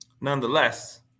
nonetheless